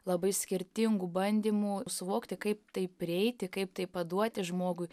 labai skirtingų bandymų suvokti kaip tai prieiti kaip tai paduoti žmogui